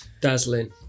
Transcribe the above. Dazzling